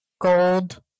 Gold